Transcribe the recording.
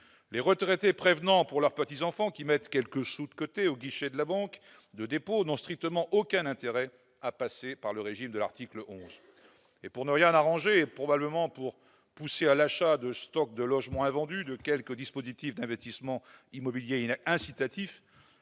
Les retraités, prévenants pour leurs petits-enfants, qui mettent quelques sous de côté au guichet de leur banque de dépôt n'ont strictement aucun intérêt à passer par le régime de l'article 11. Pour ne rien arranger et, probablement pour pousser à l'achat des stocks de logements invendus de quelques dispositifs d'investissement immobilier incitatifs,